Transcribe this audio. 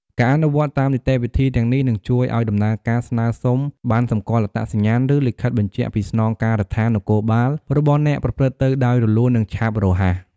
ការអនុវត្តតាមនីតិវិធីទាំងនេះ នឹងជួយឲ្យដំណើរការស្នើសុំប័ណ្ណសម្គាល់អត្តសញ្ញាណ ឬលិខិតបញ្ជាក់ពីស្នងការដ្ឋាននគរបាលរបស់អ្នកប្រព្រឹត្តទៅដោយរលូន និងឆាប់រហ័ស។